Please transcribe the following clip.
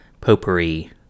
potpourri